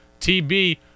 TB